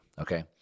okay